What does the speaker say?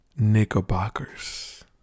Knickerbockers